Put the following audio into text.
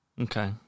Okay